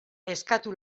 eskatu